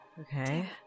Okay